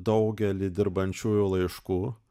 daugelį dirbančiųjų laiškų